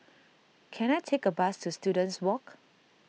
can I take a bus to Students Walk